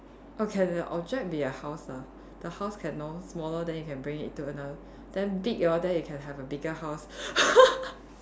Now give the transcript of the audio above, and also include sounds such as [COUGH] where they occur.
oh can the object be a house ah the house can know smaller then you can bring it to another then big hor then you can have a bigger house [LAUGHS]